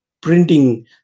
printing